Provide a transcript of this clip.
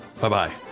bye-bye